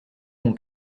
mon